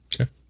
Okay